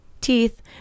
teeth